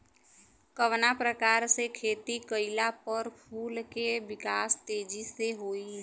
कवना प्रकार से खेती कइला पर फूल के विकास तेजी से होयी?